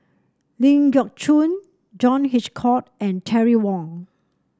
Ling Geok Choon John Hitchcock and Terry Wong